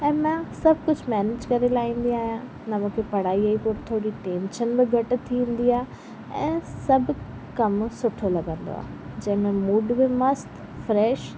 ऐं मां सभु कुझु मैनेज करे लाईंदी आहियां न मूंखे पढ़ाईअ जी पोइ थोरी टेंशन बि घटि थींदी आहे ऐं सभु कमु सुठो लॻंदो आहे जंहिं में मूड बि मस्त फ़्रेश